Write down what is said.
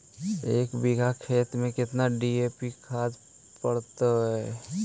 एक बिघा खेत में केतना डी.ए.पी खाद पड़तै?